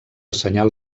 senyal